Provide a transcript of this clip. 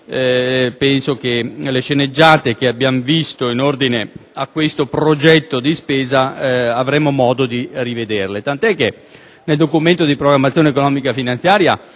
pertanto che le sceneggiate che abbiamo visto in ordine a questo progetto di spesa avremo modo di rivederle.